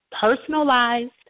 personalized